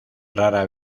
rara